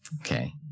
Okay